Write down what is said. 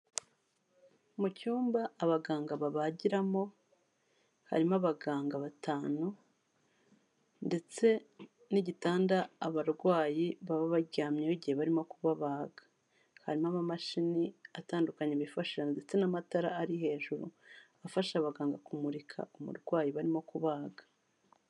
Mu cyumba abaganga babagiramo, harimo abaganga batanu ndetse n'igitanda abarwayi baba baryamyeho igihe barimo kubabaga, hari n'amamashini atandukanye bifasha ndetse n'amatara ari hejuru afasha abaganga kumurika umurwayi barimo kubaga.